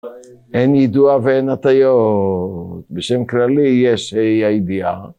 אין יידוע ואין הטיות. בשם כללי יש ה' הידיעה.